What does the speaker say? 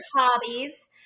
hobbies